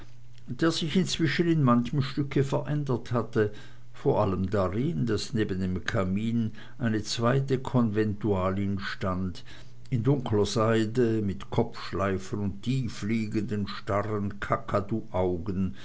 der sich inzwischen in manchem stücke verändert hatte vor allem darin daß neben dem kamin eine zweite konventualin stand in dunkler seide mit kopfschleifen und tiefliegenden starren